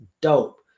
dope